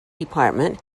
department